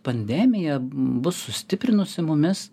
pandemija bus sustiprinusi mumis